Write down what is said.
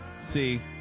See